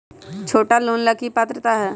छोटा लोन ला की पात्रता है?